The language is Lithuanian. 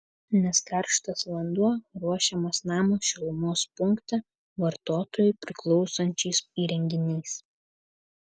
nes karštas vanduo ruošiamas namo šilumos punkte vartotojui priklausančiais įrenginiais